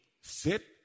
sit